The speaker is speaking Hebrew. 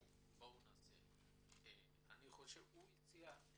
הוא הציע,